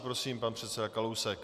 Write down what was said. Prosím, pan předseda Kalousek.